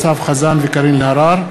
קארין אלהרר,